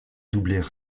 doubler